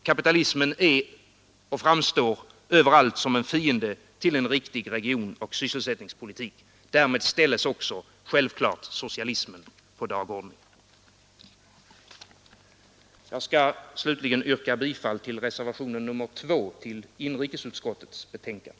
Den är och framstår överallt som en fiende till en riktig regionoch sysselsättningspolitik. Därmed ställs också men på dagordningen. Jag vill slutligen yrka bifall till reservationen 2 vid inrikesutskottets betänkande.